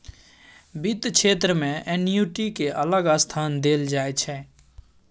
बित्त क्षेत्र मे एन्युटि केँ अलग स्थान देल जाइ छै